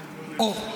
לא לגופו של היושב-ראש,